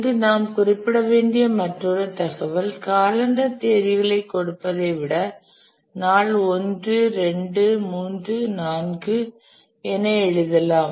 இங்கு நாம் குறிப்பிட வேண்டிய மற்றொரு தகவல் காலண்டர் தேதிகளைக் கொடுப்பதை விட நாள் 1 2 3 4 என எழுதலாம்